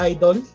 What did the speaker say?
Idol